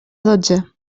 dotze